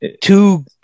Two